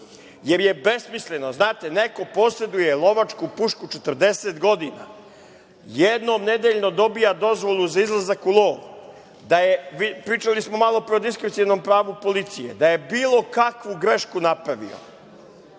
jer je besmisleno. Znate, neko poseduje lovačku pušku 40 godina. Jednom nedeljno dobija dozvolu za izlazak u lov. Pričali smo malopre o diskrecionom pravu policije. Da je bilo kakvu grešku napravio,